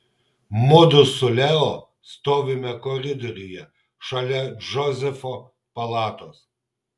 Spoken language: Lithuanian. mudu su leo stovime koridoriuje šalia džozefo palatos